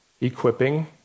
equipping